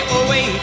away